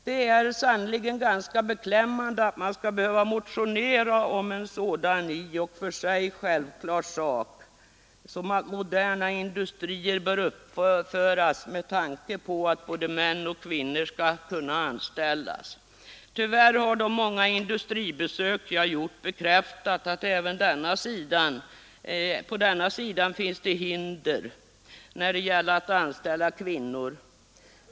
Det är sannerligen beklämmande att man skall behöva motionera om en sådan i och för sig självklar sak som att moderna industrier bör uppföras med tanke på att både män och kvinnor skall kunna anställas. Tyvärr har de många industribesök jag gjort bekräftat att det även på denna sida finns hinder när det gäller att anställa kvinnor.